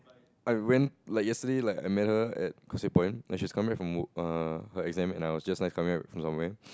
I ran like yesterday like I met her at Causeway-Point and she comes back from err her exam and I was just nice come somewhere